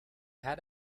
had